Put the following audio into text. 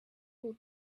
will